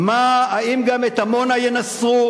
האם גם את עמונה ינסרו?